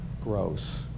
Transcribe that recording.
gross